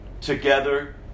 together